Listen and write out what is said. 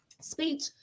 speech